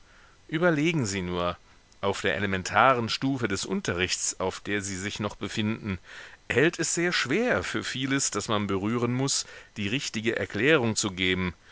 überlegen sie nur auf der elementaren stufe des unterrichts auf der sie sich noch befinden hält es sehr schwer für vieles das man berühren muß die richtige erklärung zu geben